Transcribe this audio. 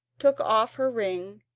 took off her ring,